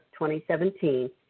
2017